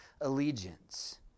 allegiance